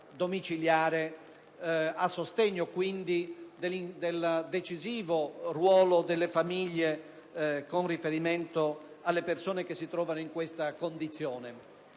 domiciliare e quindi a sostegno del decisivo ruolo delle famiglie con riferimento alle persone che si trovano in questa condizione.